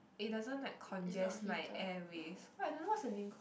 it doesn't like congest my airways I don't know what's the name called